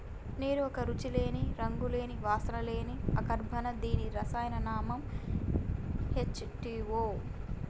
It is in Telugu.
నీరు ఒక రుచి లేని, రంగు లేని, వాసన లేని అకర్బన దీని రసాయన నామం హెచ్ టూవో